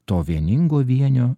to vieningo vienio